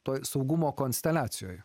toj saugumo konsteliacijoj